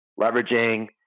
leveraging